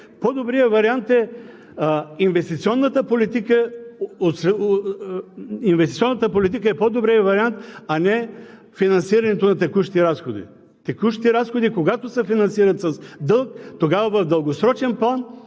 по-добрият вариант, а не финансирането на текущи разходи. Текущи разходи, когато се финансират с дълг, тогава в дългосрочен план